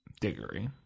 Diggory